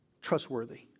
trustworthy